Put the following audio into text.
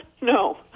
No